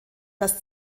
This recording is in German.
das